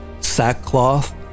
sackcloth